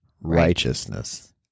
righteousness